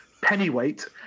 pennyweight